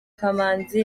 kamanzi